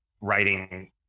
writing